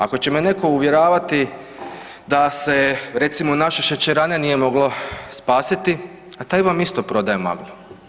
Ako će me neko uvjeravati da se recimo naše šećerane nije moglo spasiti, a taj vam isto prodaje maglu.